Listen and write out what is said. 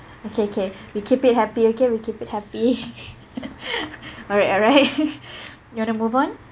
okay okay we keep it happy okay we keep it happy alright alright you want to move on